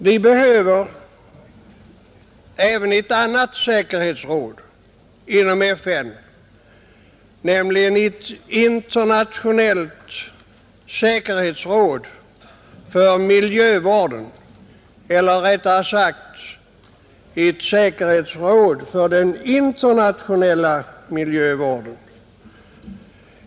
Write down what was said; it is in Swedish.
Vi behöver även ett annat säkerhetsråd inom FN, nämligen ett internationellt säkerhetsråd för miljövården, eller rättare sagt ett säkerhetsråd för den internationella miljövården.